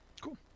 Cool